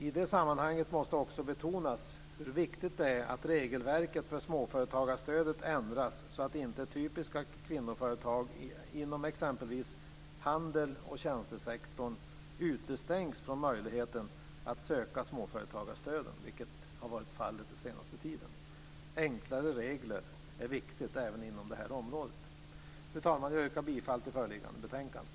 I det sammanhanget måste också betonas hur viktigt det är att regelverket för småföretagarstödet ändras så att inte typiska kvinnoföretag inom exempelvis handel och tjänstesektor utestängs från möjligheten att söka småföretagarstöden, vilket har varit fallet den senaste tiden. Enklare regler är viktigt även inom det här området. Fru talman! Jag yrkar bifall till hemställan i föreliggande betänkande.